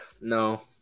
no